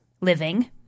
living